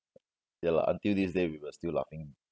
ya lah until this day we were still laughing